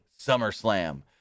SummerSlam